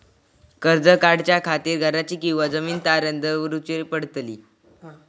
कर्ज काढच्या खातीर घराची किंवा जमीन तारण दवरूची पडतली?